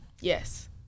Yes